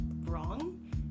wrong